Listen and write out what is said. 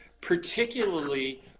particularly